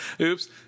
Oops